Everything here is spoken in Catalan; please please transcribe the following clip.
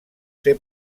ser